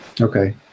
Okay